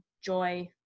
Joy